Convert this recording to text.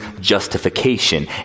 justification